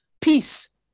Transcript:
peace